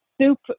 soup